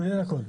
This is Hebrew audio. כולל הכול.